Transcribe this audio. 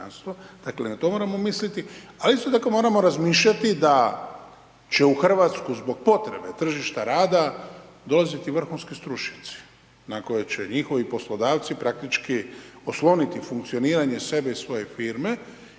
dakle na to moramo misliti ali isto tako moramo razmišljati da će u Hrvatsku zbog potrebe tržišta rada dolaziti vrhunski stručnjaci na koje će njihovi poslodavci praktički osloniti funkcioniranje sebe i svoje firme